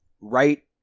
right